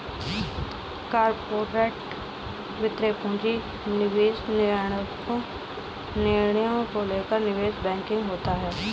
corporate वित्त पूंजी निवेश निर्णयों से लेकर निवेश बैंकिंग तक होती हैं